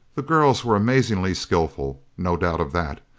the girls were amazingly skillful, no doubt of that.